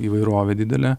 įvairovė didelė